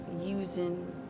using